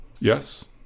Yes